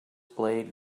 blade